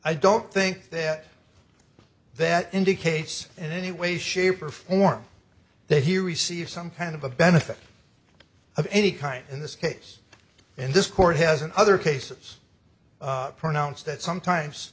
i don't think that that indicates in any way shape or form that he received some kind of a benefit of any kind in this case and this court has in other cases pronounced that